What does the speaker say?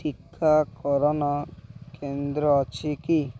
ଟିକାକରଣ କେନ୍ଦ୍ର ଅଛି କି